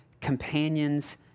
companions